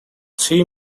three